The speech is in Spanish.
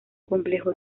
complejo